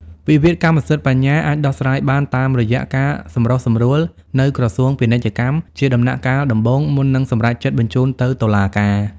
វិវាទកម្មសិទ្ធិបញ្ញាអាចដោះស្រាយបានតាមរយៈការសម្រុះសម្រួលនៅក្រសួងពាណិជ្ជកម្ម ជាដំណាក់កាលដំបូង មុននឹងសម្រេចចិត្តបញ្ជូនទៅតុលាការ។